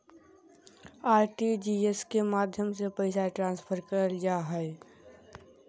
RTGS के माध्यम से पैसा ट्रांसफर करल जा हय